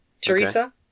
Teresa